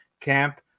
camp